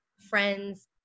friends